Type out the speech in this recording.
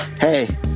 Hey